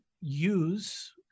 use